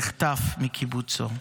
נחטף מקיבוצו.